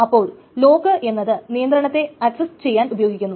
അപ്പോൾ ലോക് എന്നത് നിയന്ത്രണത്തെ അക്സസ് ചെയ്യാൻ ഉപയോഗിക്കുന്നു